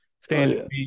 stand